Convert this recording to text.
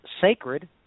sacred